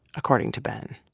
according to ben.